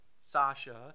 Sasha